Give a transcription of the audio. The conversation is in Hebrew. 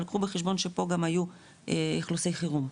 אבל קחו בחשבון שפה גם היו אכלוסי חירום,